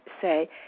say